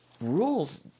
rules